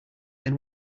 than